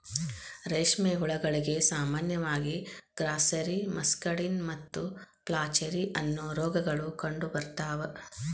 ರೇಷ್ಮೆ ಹುಳಗಳಿಗೆ ಸಾಮಾನ್ಯವಾಗಿ ಗ್ರಾಸ್ಸೆರಿ, ಮಸ್ಕಡಿನ್ ಮತ್ತು ಫ್ಲಾಚೆರಿ, ಅನ್ನೋ ರೋಗಗಳು ಕಂಡುಬರ್ತಾವ